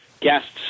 guests